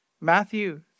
Matthew